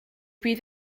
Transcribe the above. bydd